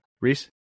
Reese